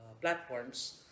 platforms